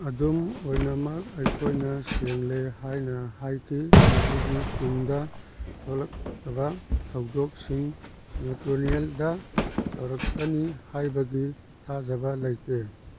ꯑꯗꯨꯝ ꯑꯣꯏꯅꯃꯛ ꯑꯩꯈꯣꯏꯅ ꯁꯦꯡꯂꯦ ꯍꯥꯏꯅ ꯍꯥꯏꯈꯤ ꯃꯗꯨꯗꯤ ꯇꯨꯡꯗ ꯊꯣꯛꯂꯛꯀꯗꯕ ꯊꯧꯗꯣꯛꯁꯤꯡ ꯃꯨꯔꯇꯨꯂꯤꯌꯥꯜꯗ ꯇꯧꯔꯛꯀꯅꯤ ꯍꯥꯏꯕꯒꯤ ꯊꯥꯖꯕ ꯂꯩꯇꯦ